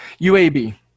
UAB